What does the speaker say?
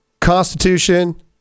constitution